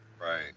right